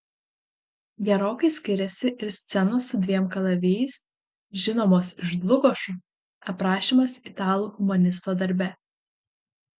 gerokai skiriasi ir scenos su dviem kalavijais žinomos iš dlugošo aprašymas italų humanisto darbe